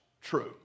true